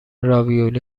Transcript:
راویولی